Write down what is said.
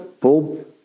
full